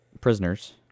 Prisoners